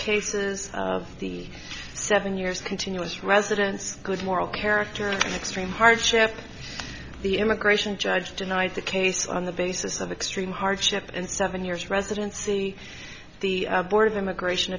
cases the seven years continuous residence good moral character extreme hardship the immigration judge denied the case on the basis of extreme hardship and seven years residency the board of immigration